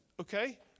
Okay